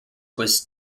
was